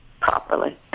properly